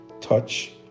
Touch